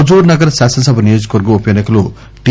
హుజూర్ నగర్ శాసనసభ నియోజకవర్గం ఉప ఎన్ని కలో టి